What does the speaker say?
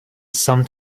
some